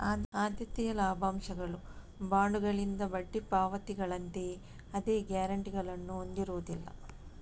ಆದ್ಯತೆಯ ಲಾಭಾಂಶಗಳು ಬಾಂಡುಗಳಿಂದ ಬಡ್ಡಿ ಪಾವತಿಗಳಂತೆಯೇ ಅದೇ ಗ್ಯಾರಂಟಿಗಳನ್ನು ಹೊಂದಿರುವುದಿಲ್ಲ